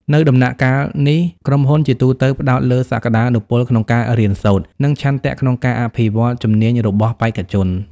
នៅដំណាក់កាលនេះ ក្រុមហ៊ុនជាទូទៅផ្តោតលើសក្តានុពលក្នុងការរៀនសូត្រ និងឆន្ទៈក្នុងការអភិវឌ្ឍជំនាញរបស់បេក្ខជន។